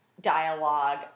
dialogue